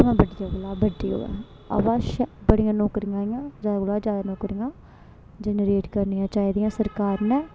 भामां बड्डिये कोला बड्डी होऐ अवा शै बड़ियां नौकरियां इयां ज्यादा कोला ज्यादा नौकरियां जनरेट करनियां चाहिदियां सरकार ने